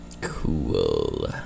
Cool